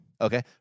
Okay